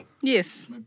Yes